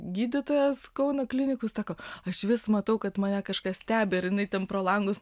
gydytojos kauno klinikų sako aš vis matau kad mane kažkas stebi ir jinai ten pro langus